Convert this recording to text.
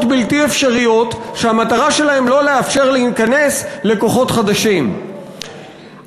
בלתי אפשריות שהמטרה שלהן לא לאפשר לכוחות חדשים להיכנס.